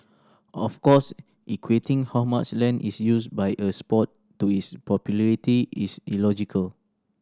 of course equating how much land is used by a sport to its popularity is illogical